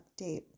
update